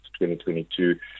2022